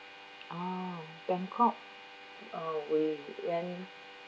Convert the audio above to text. uh bangkok uh we went